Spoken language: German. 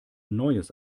neues